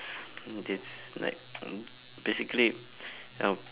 this like um basically